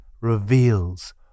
reveals